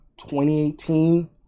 2018